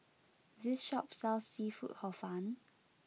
this shop sells seafood Hor Fun